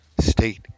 state